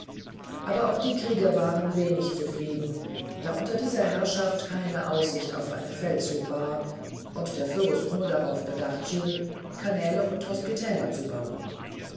aber auch die krieger waren wenig zufrieden da unter dieser herrschaft keine aussicht auf einen feldzug war und der fürst nur darauf bedacht schien kanäle und hospitäler zu bauen